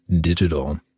digital